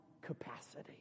capacity